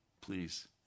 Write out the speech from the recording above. Please